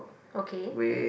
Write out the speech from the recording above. ok